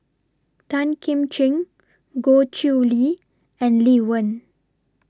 Tan Kim Ching Goh Chiew Lye and Lee Wen